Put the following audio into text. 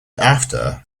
after